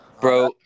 Bro